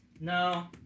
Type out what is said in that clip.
No